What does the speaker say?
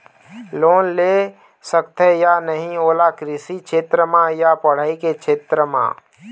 Loan ले सकथे या नहीं ओला कृषि क्षेत्र मा या पढ़ई के क्षेत्र मा?